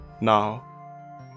now